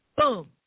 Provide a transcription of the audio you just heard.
Boom